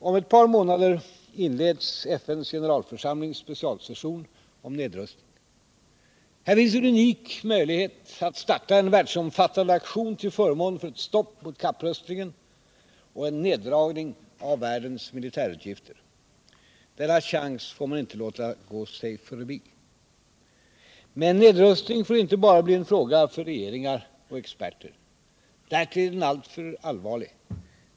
Om ett par månader inleds FN:s generalförsamlings specialsession om nedrustning. Här finns en unik möjlighet att starta en världsomfattande aktion till förmån för ett stopp för kapprustningen och en neddragning av världens militärutgifter. Denna chans kan vi inte låta gå oss förbi. Men nedrustning får inte bara bli en fråga för regeringar och experter. Därtill är den alltför allvarlig.